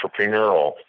entrepreneurial